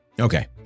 Okay